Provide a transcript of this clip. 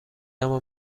اما